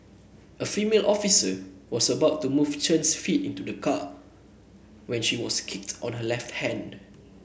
a female officer was about to move Chen's feet into the car when she was kicked on her left hand